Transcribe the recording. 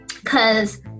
Cause